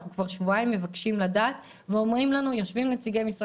אנחנו כבר שבועיים מבקשים לדעת ואומרים לנו בקרוב,